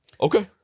Okay